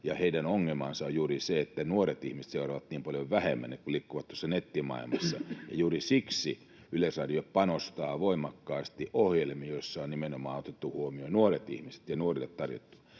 heidän ongelmansa on juuri se, että nuoret ihmiset seuraavat niin paljon vähemmän, kun liikkuvat tuolla nettimaailmassa, ja juuri siksi Yleisradio panostaa voimakkaasti ohjelmiin, joissa on otettu huomioon nimenomaan nuoret ihmiset ja nuorten tarjonta.